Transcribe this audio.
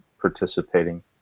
participating